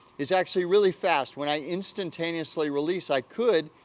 is actually really fast when i instantaneously release, i could,